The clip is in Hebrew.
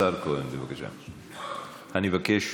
אני מבקש,